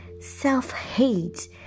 self-hate